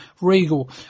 Regal